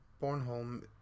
Bornholm